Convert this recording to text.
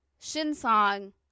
Shinsong